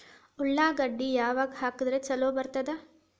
ಉಳ್ಳಾಗಡ್ಡಿ ಯಾವಾಗ ಹಾಕಿದ್ರ ಛಲೋ ಬರ್ತದ?